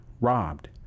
robbed